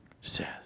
says